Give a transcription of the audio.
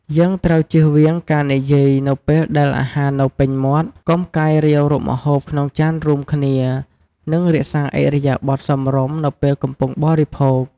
យើងត្រូវជៀសវាងការនិយាយនៅពេលដែលអាហារនៅពេញមាត់ កុំកាយរាវរកម្ហូបក្នុងចានរួមគ្នា និងរក្សាឥរិយាបថសមរម្យនៅពេលកំពុងបរិភោគ។។